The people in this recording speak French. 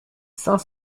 cinq